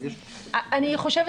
אגב,